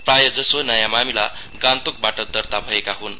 प्रायजसो नयाँ मामिला गान्तोकबाट दर्ता भएका हुन्